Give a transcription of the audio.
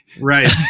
Right